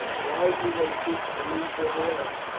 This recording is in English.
why do they seek to leave their land?